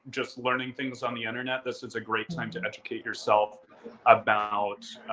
just learning things on the internet. this is a great time to educate yourself about